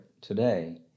today